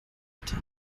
bitte